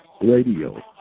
radio